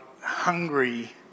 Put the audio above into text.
hungry